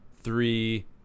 three